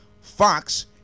Fox